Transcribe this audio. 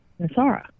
Nasara